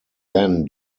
then